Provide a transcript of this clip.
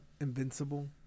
Invincible